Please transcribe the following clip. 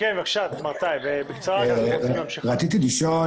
רציתי לדעת